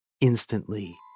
instantly